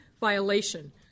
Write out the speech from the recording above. violation